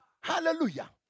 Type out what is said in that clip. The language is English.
Hallelujah